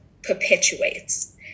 perpetuates